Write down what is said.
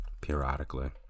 periodically